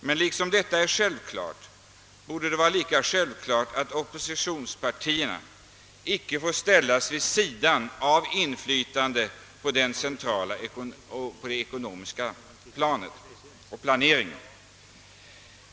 Men liksom detta är självklart borde det vara självklart att oppositionspartierna inte får ställas vid sidan av inflytandet på den centrala ekonomiska planeringen.